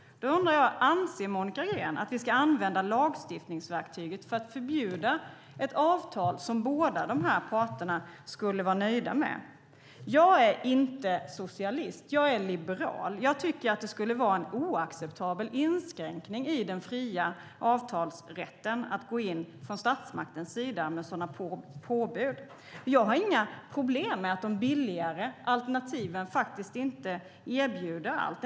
Anser Monica Green då att vi ska använda lagstiftningsverktyget för att förbjuda ett avtal som båda parterna skulle vara nöjda med? Jag är inte socialist. Jag är liberal. Jag tycker att det skulle vara en oacceptabel inskränkning i den fria avtalsrätten att gå in från statsmaktens sida med sådana påbud. Jag har inga problem med att de billigare alternativen inte erbjuder allt.